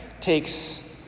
takes